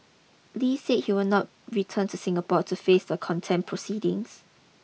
Li said he will not return to Singapore to face the contempt proceedings